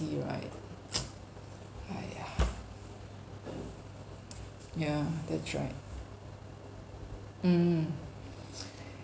right !aiya! yeah that's right mm